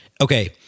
Okay